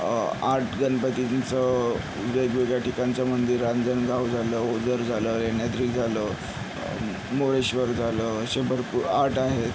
आठ गणपतींचं वेगवेगळ्या ठिकाणचं मंदिर रांजणगाव झालं ओझर झालं लेण्याद्री झालं मोरेश्वर झालं असे भरपूर आठ आहेत